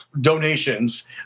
donations